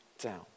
down